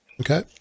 Okay